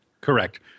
Correct